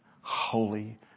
holy